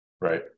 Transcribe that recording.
Right